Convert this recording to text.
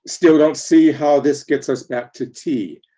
still don't see how this gets us back to tea,